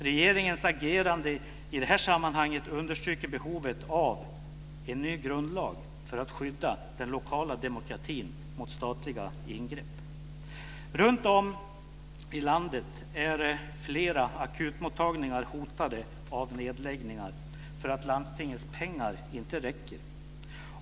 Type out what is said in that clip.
Regeringens agerande i det här sammanhanget understryker behovet av en ny grundlag för att skydda den lokala demokratin mot statliga ingrepp. Runtom i landet är flera akutmottagningar hotade av nedläggning därför att landstingets pengar inte räcker.